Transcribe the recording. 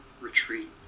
retreat